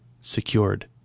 secured